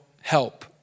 help